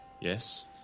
Yes